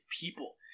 people